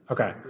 Okay